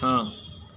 हाँ